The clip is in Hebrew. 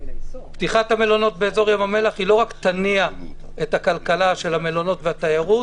פתיחת המלונות באזור ים המלח לא רק תניע את הכלכלה של המלונות והתיירות,